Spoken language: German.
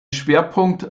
schwerpunkt